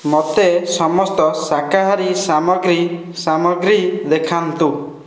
ମୋତେ ସମସ୍ତ ଶାକାହାରୀ ସାମଗ୍ରୀ ସାମଗ୍ରୀ ଦେଖାନ୍ତୁ